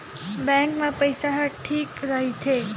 Bank मा पईसा ह ठीक राइथे?